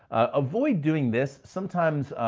avoid doing this. sometimes,